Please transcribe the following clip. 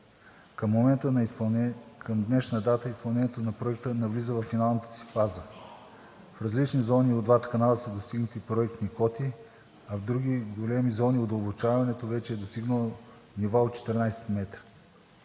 Към днешна дата изпълнението на Проекта навлиза във финалната си фаза. В различни зони от двата канала са достигнати проекти квоти, а в други големи зони удълбочаването вече е достигнало нива от 14 метра.